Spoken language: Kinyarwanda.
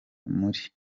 muri